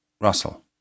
Russell